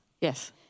Yes